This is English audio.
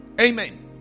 Amen